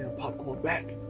ah popcorn back,